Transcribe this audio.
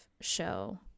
show